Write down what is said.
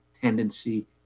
tendency